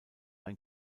ein